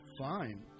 Fine